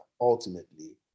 ultimately